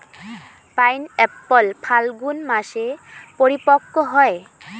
pineapple Phalgun মাসে পরিপক্ব হয়